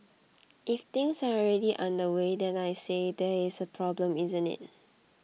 if things are already underway then I say there is a problem isn't it